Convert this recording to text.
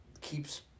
keeps